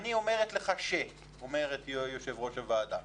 "אני אומרת לך ש", אומרת יושבת-ראש הוועדה.